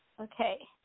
Okay